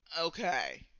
Okay